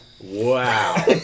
Wow